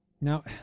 Now